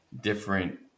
different